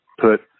put